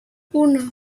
uno